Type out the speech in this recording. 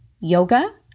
yoga